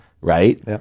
right